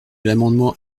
l’amendement